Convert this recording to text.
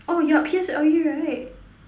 orh you're P_S_L_E right